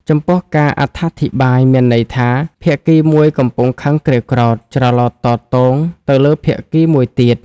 ចំពោះការអត្ថាធិប្បាយ មានន័យថា ភាគីមួយកំពុងខឹងក្រេវក្រោធ ច្រឡោតតោងតូងទៅលើភាគីមួយទៀត ។